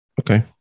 okay